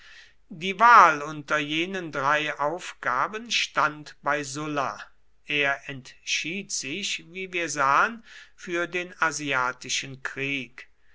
die wahl unter jenen drei aufgaben stand bei sulla er entschied sich wie wir sahen für den asiatischen krieg